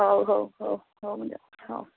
ହଉ ହଉ ହଉ ହଉ ମୁଁ ଯା ହଁ